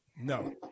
No